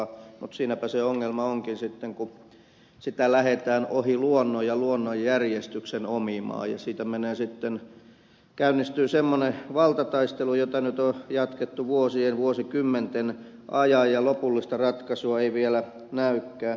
mutta siinäpä se ongelma onkin sitten kun sitä lähdetään ohi luonnon ja luonnonjärjestyksen omimaan ja siitä käynnistyy sitten semmoinen valtataistelu jota nyt on jatkettu vuosien vuosikymmenten ajan ja lopullista ratkaisua ei vielä näykään